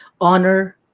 honor